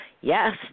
yes